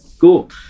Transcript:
Cool